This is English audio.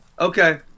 Okay